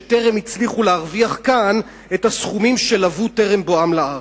שטרם הצליחו להרוויח כאן את הסכומים שלוו טרם בואם לארץ.